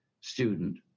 student